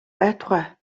байтугай